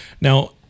now